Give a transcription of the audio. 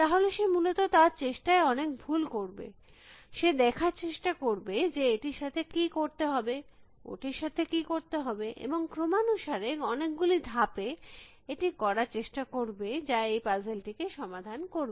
তাহলে সে মূলত তার চেষ্টায় অনেক ভুল করবে সে দেখার চেষ্টা করবে যে এটির সাথে কী করতে হবে ওটির সাথে কী করতে হবে এবং ক্রমানুসারে অনেকগুলি ধাপে এটি করার চেষ্টা করবে যা এই পাজেল টিকে সমাধান করবে